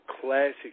classic